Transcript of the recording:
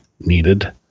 needed